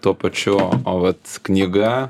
tuo pačiu o vat knyga